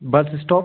bus stop